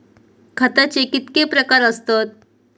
खताचे कितके प्रकार असतत?